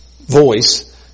voice